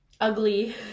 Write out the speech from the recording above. ugly